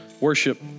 worship